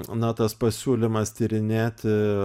na tas pasiūlymas tyrinėti